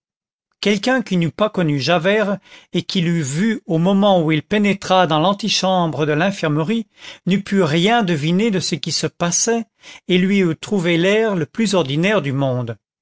quelqu'un qui n'eût pas connu javert et qui l'eût vu au moment où il pénétra dans l'antichambre de l'infirmerie n'eût pu rien deviner de ce qui se passait et lui eût trouvé l'air le plus ordinaire du monde